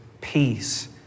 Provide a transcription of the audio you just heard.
peace